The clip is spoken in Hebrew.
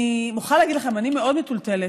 אני מוכרחה להגיד לכם, אני מאוד מטולטלת